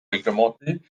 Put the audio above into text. réglementées